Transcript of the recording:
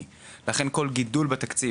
תלוי במקור